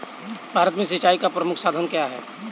भारत में सिंचाई का प्रमुख साधन क्या है?